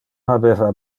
habeva